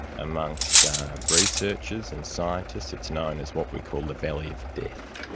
amongst researchers and scientists, it's known as what we call the valley of death.